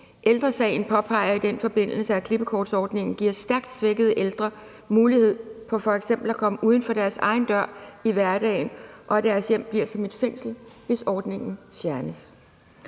Ældre Sagen påpeger i den forbindelse, at klippekortsordningen giver stærkt svækkede ældre mulighed for f.eks. at komme uden for deres egen dør i hverdagen, og at deres hjem bliver som et fængsel, hvis ordningen fjernes.